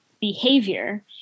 behavior